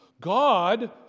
God